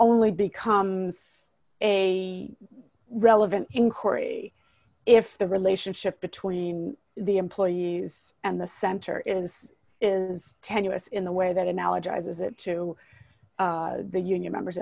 only becomes a relevant inquiry if the relationship between the employees and the center is is tenuous in the way that analogizes it to the union members